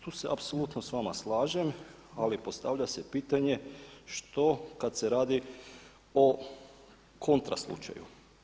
Tu se apsulutno s vama slažem, ali postavlja se pitanje što kad se radi o kontra slučaju?